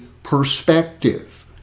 perspective